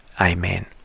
Amen